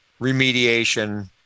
remediation